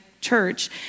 church